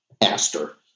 pastor